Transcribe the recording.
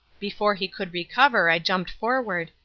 before he could recover i jumped forward,